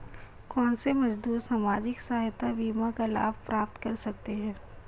कौनसे मजदूर सामाजिक सहायता बीमा का लाभ प्राप्त कर सकते हैं?